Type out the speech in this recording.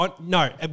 No